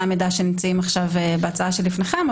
המידע שנמצאים עכשיו בהצעה שלפניכם,